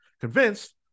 Convinced